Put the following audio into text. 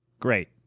Great